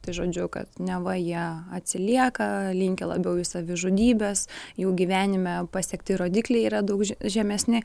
tai žodžiu kad neva jie atsilieka linkę labiau į savižudybes jų gyvenime pasiekti rodikliai yra daug že žemesni